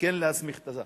וכן להסמיך ".